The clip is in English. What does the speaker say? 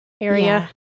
area